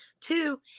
two